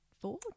four